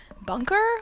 bunker